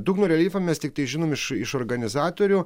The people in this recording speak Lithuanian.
dugno reljefą mes tiktai žinom iš iš organizatorių